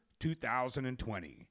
2020